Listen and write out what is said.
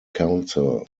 council